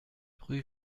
rue